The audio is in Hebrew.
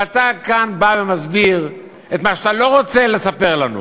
ואתה כאן בא ומסביר את מה שאתה לא רוצה לספר לנו,